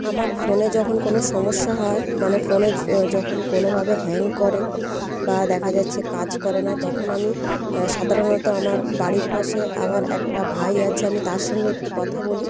আমার ফোনে যখন কোনও সমস্যা হয় মানে ফোনে যখন কোনোভাবে হ্যাং করে বা দেখা যাচ্ছে কাজ করে না তখন আমি সাধারণত আমার বাড়ির পাশে আমার একটা ভাই আছে আমি তার সঙ্গে একটু কথা বলি